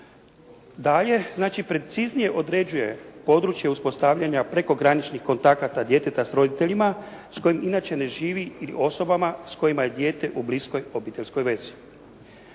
Dalje, znači preciznije određuje područje uspostavljanja prekograničnih kontakata djeteta s roditeljima s kojima inače ne živi ili osobama s kojima je dijete u bliskoj obiteljskoj vezi.